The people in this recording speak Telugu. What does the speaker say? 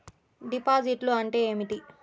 డిపాజిట్లు అంటే ఏమిటి?